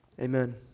amen